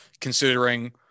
considering